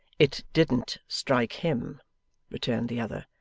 it didn't strike him returned the other,